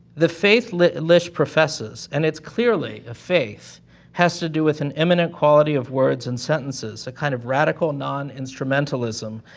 the faith lish lish professes and it's clearly a faith has to do with an immanent quality of words and sentences, a kind of radical non-instrumentalism,